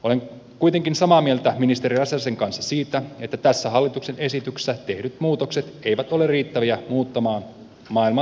olen kuitenkin samaa mieltä ministeri räsäsen kanssa siitä että tässä hallituksen esityksessä tehdyt muutokset eivät ole riittäviä muuttuvan maailman tarpeisiin